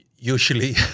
usually